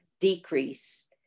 decrease